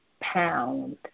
pound